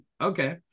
Okay